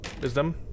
Wisdom